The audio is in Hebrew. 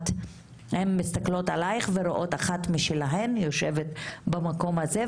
הן מסתכלות עלייך ורואות אחת משלהן יושבת במקום הזה,